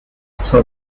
son